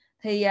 thì